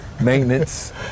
maintenance